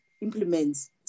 implements